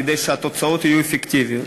כדי שהתוצאות יהיו אפקטיביות.